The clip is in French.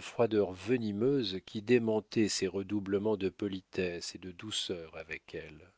froideur venimeuse qui démentaient ses redoublements de politesse et de douceur avec elle